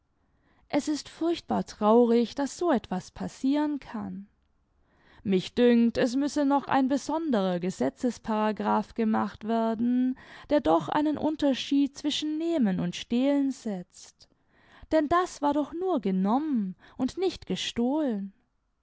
es ist furchtbar traurig daß so etwas passieren kann mich dünkt es müsse noch ein besonderer gesetzesparagraph gemacht werden der doch einen unterschied zwischen nehmen und stehlen setzt denn das war doch nur genommen und nicht gestohlen